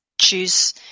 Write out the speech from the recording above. choose